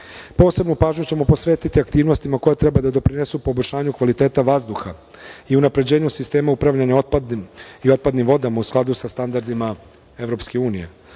razvoj. Posebnu pažnju ćemo posvetiti aktivnostima koje treba da doprinesu poboljšanju kvaliteta vazduha i unapređenju sistema upravljanja otpadnim vodama u skladu sa standardima EU.